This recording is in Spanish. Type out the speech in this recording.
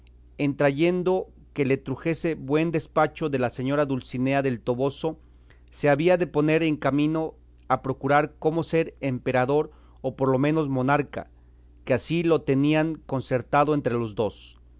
en trayendo que le trujese buen despacho de la señora dulcinea del toboso se había de poner en camino a procurar cómo ser emperador o por lo menos monarca que así lo tenían concertado entre los dos